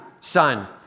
son